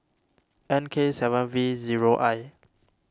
N K seven V zero I